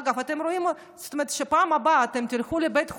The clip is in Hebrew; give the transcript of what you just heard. אגב, אתם תראו שבפעם הבאה שתלכו לבית חולים,